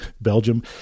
Belgium